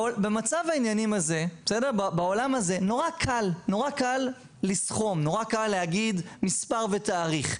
במצב העניינים הזה נורא קל לסכום ולהגיד מספר ותאריך,